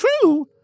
true